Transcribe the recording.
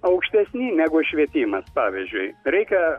aukštesni negu švietimas pavyzdžiui reikia